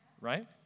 right